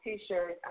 T-shirt